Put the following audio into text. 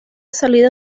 salida